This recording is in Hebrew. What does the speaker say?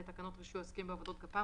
לתקנות רישוי העוסקים בעבודות גפ"מ,